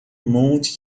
monte